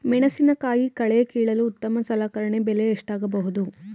ಮೆಣಸಿನಕಾಯಿ ಕಳೆ ಕೀಳಲು ಉತ್ತಮ ಸಲಕರಣೆ ಬೆಲೆ ಎಷ್ಟಾಗಬಹುದು?